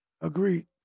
Agreed